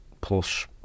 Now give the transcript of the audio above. plus